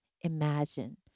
imagine